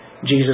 Jesus